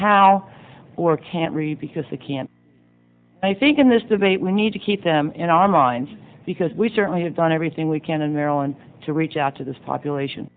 how or can't read because they can't i think in this debate we need to keep them in our minds because we certainly have done everything we can and maryland to reach out to this population